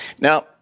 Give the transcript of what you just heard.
Now